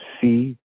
see